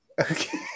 Okay